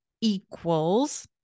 equals